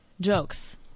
jokes